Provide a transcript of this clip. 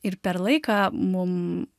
ir per laiką mum